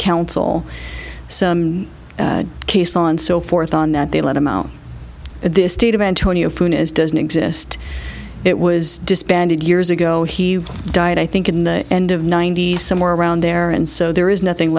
counsel case law and so forth on that they let him out of this state of antonio foon is doesn't exist it was disbanded years ago he died i think in the end of ninety somewhere around there and so there is nothing